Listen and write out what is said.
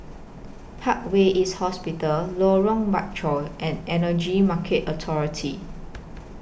Parkway East Hospital Lorong Bachok and Energy Market Authority